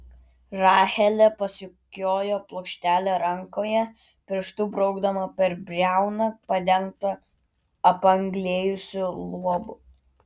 rachelė pasukiojo plokštelę rankoje pirštu braukdama per briauną padengtą apanglėjusiu luobu